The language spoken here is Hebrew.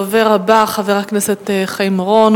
הדובר הבא הוא חבר הכנסת חיים אורון.